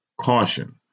caution